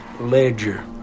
ledger